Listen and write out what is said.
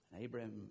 Abraham